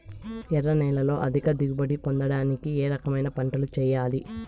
ఎర్ర నేలలో అధిక దిగుబడి పొందడానికి ఏ రకమైన పంటలు చేయాలి?